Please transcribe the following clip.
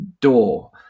door